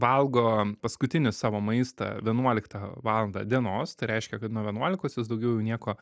valgo paskutinį savo maistą vienuoliktą valandą dienos tai reiškia kad nuo vienuolikos jis daugiau jau nieko